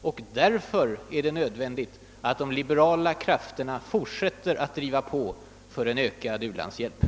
Och därför är det nödvändigt att de libera la krafterna fortsätter att driva på för ökat stöd åt de fattiga folken.